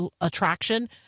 attraction